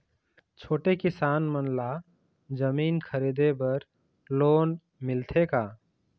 छोटे किसान मन ला जमीन खरीदे बर लोन मिलथे का?